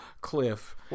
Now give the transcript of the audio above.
cliff